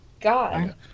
God